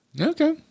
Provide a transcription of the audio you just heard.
Okay